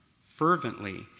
fervently